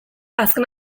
azken